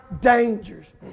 dangers